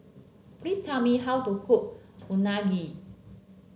please tell me how to cook Unagi